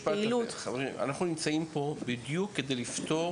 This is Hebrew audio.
חברים, אנחנו נמצאים פה בדיוק כדי לפתור